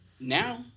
now